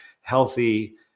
healthy